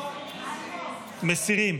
מסירים,